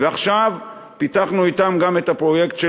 ועכשיו פיתחנו אתם גם את הפרויקט של